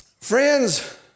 Friends